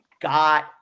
got